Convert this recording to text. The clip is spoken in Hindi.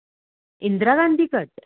इंदिरा गाँधी कट